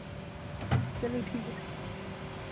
चलिए ठीक है